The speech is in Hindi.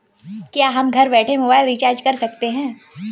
क्या हम घर बैठे मोबाइल रिचार्ज कर सकते हैं?